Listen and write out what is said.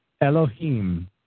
Elohim